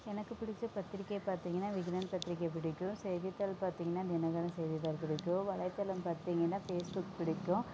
எனக்கு பிடித்த பத்திரிக்கை பார்த்திங்கன்னா விகடன் பத்திரிக்கை பிடிக்கும் செய்தித்தாள் பார்த்திங்கன்னா தினகரன் செய்தித்தாள் பிடிக்கும் வலைத்தளம் பார்த்திங்கன்னா ஃபேஸ்புக் பிடிக்கும்